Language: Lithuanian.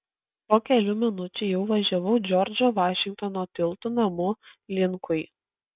po kelių minučių jau važiavau džordžo vašingtono tiltu namų linkui